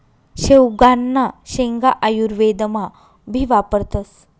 शेवगांना शेंगा आयुर्वेदमा भी वापरतस